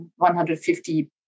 150